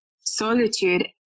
solitude